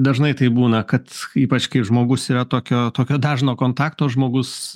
dažnai taip būna kad ypač kai žmogus yra tokio tokio dažno kontakto žmogus